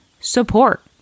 support